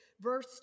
verse